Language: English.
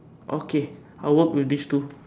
okay I'll work with these two